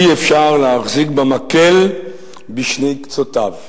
אי-אפשר להחזיק במקל בשני קצותיו.